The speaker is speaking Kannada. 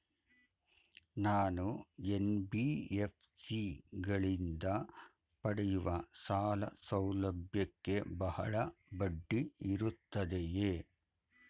ನಾನು ಎನ್.ಬಿ.ಎಫ್.ಸಿ ಗಳಿಂದ ಪಡೆಯುವ ಸಾಲ ಸೌಲಭ್ಯಕ್ಕೆ ಬಹಳ ಬಡ್ಡಿ ಇರುತ್ತದೆಯೇ?